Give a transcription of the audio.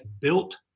built